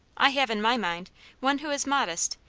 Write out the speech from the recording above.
i have in my mind one who is modest,